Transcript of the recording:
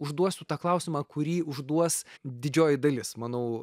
užduosiu tą klausimą kurį užduos didžioji dalis manau